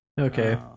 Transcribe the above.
Okay